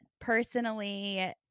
personally